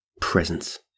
presence